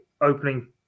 opening